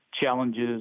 challenges